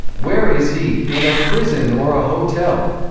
where is he in a prison or a hotel?